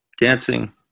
Dancing